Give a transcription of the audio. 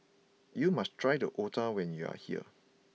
you must try the Otah when you are here